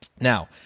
Now